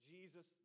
Jesus